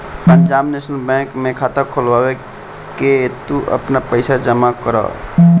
Punjab National Bank में खाता खोलवा के तू आपन पईसा जमा करअ